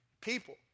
people